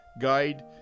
guide